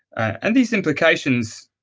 and these implications